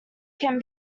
can